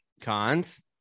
cons